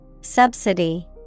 subsidy